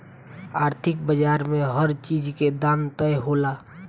आर्थिक बाजार में हर चीज के दाम तय होला